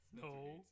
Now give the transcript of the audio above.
No